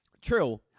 True